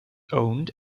owned